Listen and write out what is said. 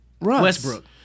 Westbrook